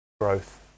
growth